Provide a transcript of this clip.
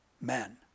men